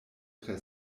tre